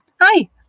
hi